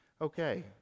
Okay